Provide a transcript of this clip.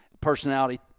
personality